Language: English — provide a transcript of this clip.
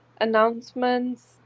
announcements